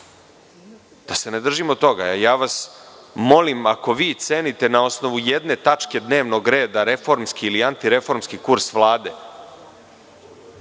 da se ne držimo toga. Molim vas, ako vi cenite na osnovu jedne tačke dnevnog reda reformski ili antireformski kurs Vlade,